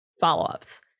follow-ups